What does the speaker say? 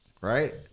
Right